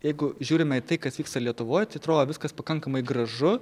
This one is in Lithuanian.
jeigu žiūrime į tai kas vyksta lietuvoj tai atrodo viskas pakankamai gražu